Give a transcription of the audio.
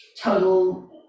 total